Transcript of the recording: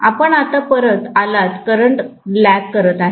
आपण आता परत आलात करंट लॅग करत आहे